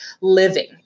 living